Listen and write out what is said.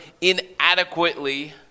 inadequately